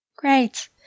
Great